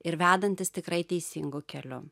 ir vedantis tikrai teisingu keliu